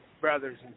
Brothers